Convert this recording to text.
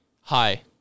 Hi